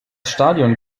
stadion